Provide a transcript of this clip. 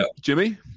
Jimmy